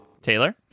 Taylor